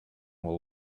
will